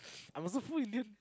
I'm also full Indian